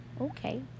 Okay